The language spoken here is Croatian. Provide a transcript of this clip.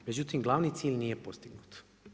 Međutim, glavni cilj nije postignut.